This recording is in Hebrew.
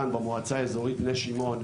הפיילוט לשש המועצות האזוריות הראשונות.